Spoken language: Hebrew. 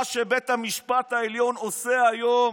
מה שבית המשפט העליון עושה היום,